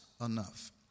enough